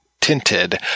tinted